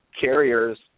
carriers